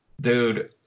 Dude